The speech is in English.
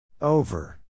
Over